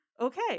okay